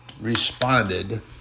responded